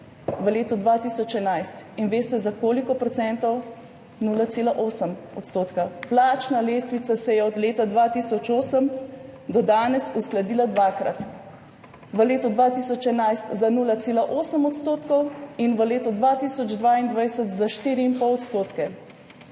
V letu 2011. Veste, za koliko procentov? 0,8 %. Plačna lestvica se je od leta 2008 do danes uskladila dvakrat: v letu 2011 za 0,8 % in v letu 2022 za 4,5 %.